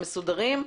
המסודרים,